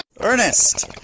Ernest